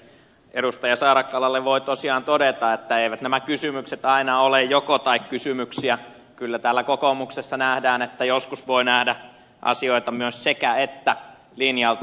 edustaja saarakkalalle voin tosiaan todeta että eivät nämä kysymykset aina ole jokotai kysymyksiä kyllä täällä kokoomuksessa nähdään että joskus voi nähdä asioita myös sekäettä linjalta